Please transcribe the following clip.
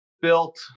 built